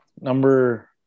number